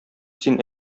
син